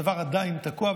הדבר עדיין תקוע,